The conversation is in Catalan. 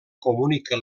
comunica